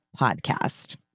podcast